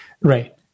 right